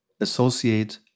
associate